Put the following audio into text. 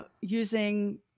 using